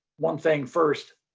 one thing first.